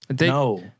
No